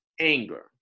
Anger